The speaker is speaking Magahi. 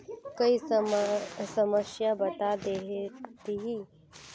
कोई समस्या बता देतहिन?